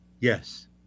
Yes